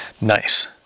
Nice